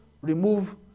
remove